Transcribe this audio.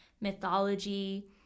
mythology